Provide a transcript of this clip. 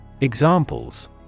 Examples